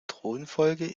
thronfolge